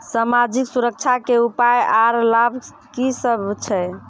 समाजिक सुरक्षा के उपाय आर लाभ की सभ छै?